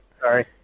sorry